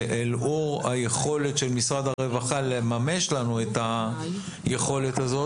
שלאור היכולת של משרד הרווחה לממש לנו את היכולת הזאת,